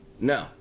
no